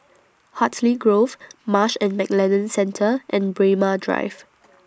Hartley Grove Marsh and McLennan Centre and Braemar Drive